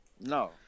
no